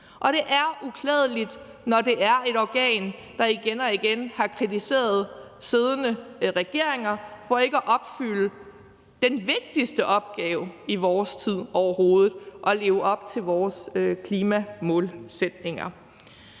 Og det her er uklædeligt, når det er et organ, der igen og igen har kritiseret siddende regeringer for ikke at opfylde den vigtigste opgave i vores tid overhovedet: at leve op til vores klimamålsætninger.